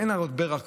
אין לנו הרבה רכבות.